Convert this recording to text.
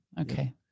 Okay